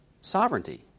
sovereignty